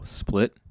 split